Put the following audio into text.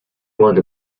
one